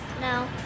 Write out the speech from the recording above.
No